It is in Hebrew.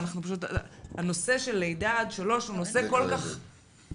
פשוט הנושא של לידה עד שלוש הוא נושא כל כך גדול,